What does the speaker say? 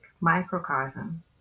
microcosm